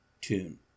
tune